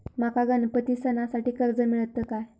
माका गणपती सणासाठी कर्ज मिळत काय?